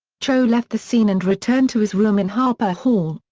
cho left the scene and returned to his room in harper hall,